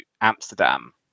Amsterdam